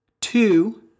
two